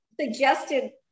suggested